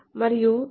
మరియు ఇవి